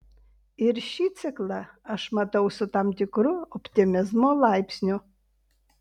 ir šį ciklą aš matau su tam tikru optimizmo laipsniu